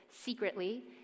secretly